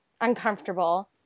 uncomfortable